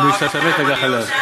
ודישתמש בתגא חלף".